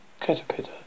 caterpillar